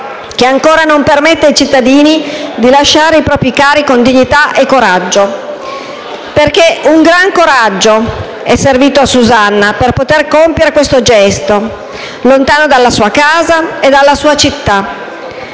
che ancora non permette ai cittadini di lasciare i propri cari con dignità e coraggio, perché un gran coraggio è servito a Susanna per compiere questo gesto, lontano dalla sua casa e dalla sua città.